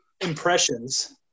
impressions